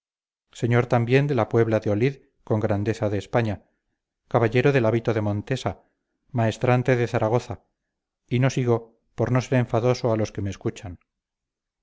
señor también de la puebla de olid con grandeza de españa caballero del hábito de montesa maestrante de zaragoza y no sigo por no ser enfadoso a los que me escuchan